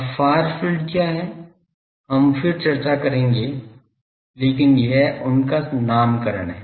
अब far field क्या है हम फिर चर्चा करेंगे लेकिन यह उनका नामकरण है